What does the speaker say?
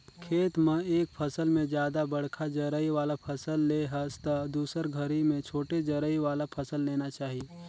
खेत म एक फसल में जादा बड़खा जरई वाला फसल ले हस त दुसर घरी में छोटे जरई वाला फसल लेना चाही